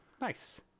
Nice